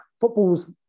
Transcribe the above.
football's